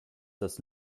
das